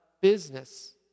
business